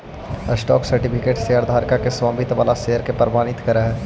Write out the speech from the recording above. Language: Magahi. स्टॉक सर्टिफिकेट शेयरधारक के स्वामित्व वाला शेयर के प्रमाणित करऽ हइ